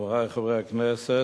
חברי חברי הכנסת,